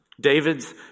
David's